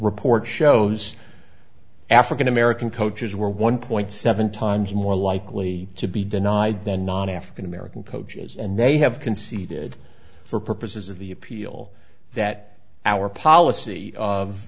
report shows african american coaches were one point seven times more likely to be denied the non african american coaches and they have conceded for purposes of the appeal that our policy of